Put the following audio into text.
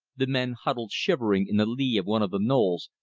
the men huddled shivering in the lee of one of the knolls,